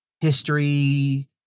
history